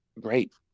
great